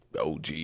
OG